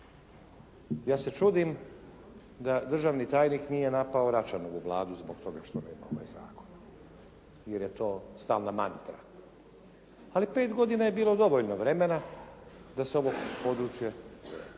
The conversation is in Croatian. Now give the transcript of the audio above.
Ja se čudim da državni tajnik nije napao Račanovu Vladu zbog toga što nema ovaj zakon jer je to stalna mantra. Ali 5 godina je bilo dovoljno vremena da se ovo područje